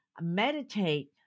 Meditate